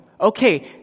okay